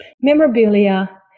memorabilia